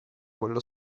quello